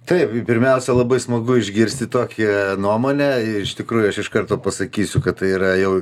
taip ir pirmiausia labai smagu išgirsti tokią nuomonę iš tikrųjų aš iš karto pasakysiu kad tai yra jau